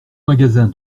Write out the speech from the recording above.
magasin